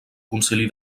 concili